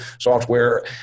Software